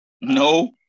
No